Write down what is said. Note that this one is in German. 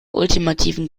ultimativen